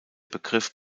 begriff